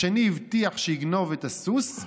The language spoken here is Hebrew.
השני הבטיח שיגנוב את הסוס,